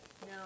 No